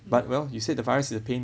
you know